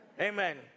Amen